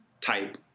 type